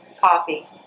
Coffee